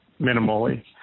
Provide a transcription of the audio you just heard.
minimally